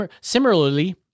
Similarly